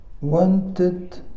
wanted